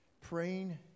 praying